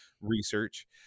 research